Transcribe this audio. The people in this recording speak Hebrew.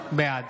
בעד